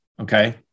Okay